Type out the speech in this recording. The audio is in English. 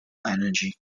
energy